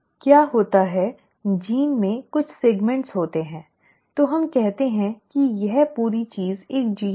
क्या होता है जीन में कुछ खंड होते हैं तो हम कहते हैं कि यह पूरी चीज एक जीन है